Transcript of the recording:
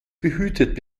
behütet